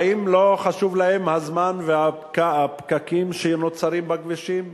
האם לא חשובים להם הזמן והפקקים שנוצרים בכבישים?